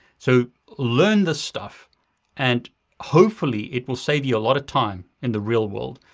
so learn this stuff and hopefully it will save you a lot of time in the real world.